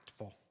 impactful